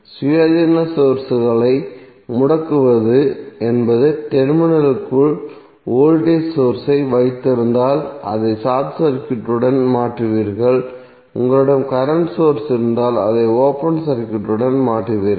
சுயாதீன சோர்ஸ்களை முடக்குவது என்பது டெர்மினலிற்குள் வோல்டேஜ் சோர்ஸ் ஐ வைத்திருந்தால் அதை ஷார்ட் சர்க்யூட்டுடன் மாற்றுவீர்கள் உங்களிடம் கரண்ட் சோர்ஸ் இருந்தால் அதை ஓபன் சர்க்யூட்டுடன் மாற்றுவீர்கள்